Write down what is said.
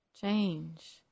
change